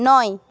নয়